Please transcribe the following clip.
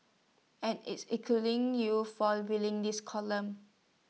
and is including you for reading this column